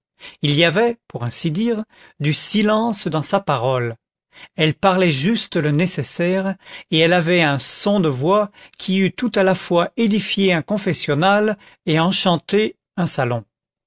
il y avait pour ainsi dire du silence dans sa parole elle parlait juste le nécessaire et elle avait un son de voix qui eût tout à la fois édifié un confessionnal et enchanté un salon